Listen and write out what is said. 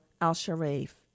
Al-Sharif